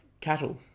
cattle